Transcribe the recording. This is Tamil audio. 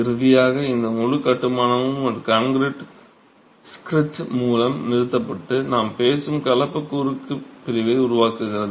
இறுதியாக இந்த முழு கட்டுமானமும் ஒரு கான்கிரீட் ஸ்கிரீட் மூலம் நிறுத்தப்பட்டு நாம் பேசும் கலப்பு குறுக்கு பிரிவை உருவாக்குகிறது